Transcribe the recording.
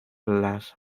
las